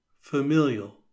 familial